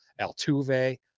Altuve